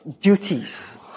duties